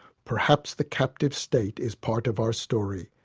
perhaps the captive state is part of our story,